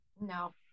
no